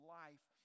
life